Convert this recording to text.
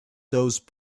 those